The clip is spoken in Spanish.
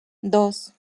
dos